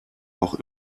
auch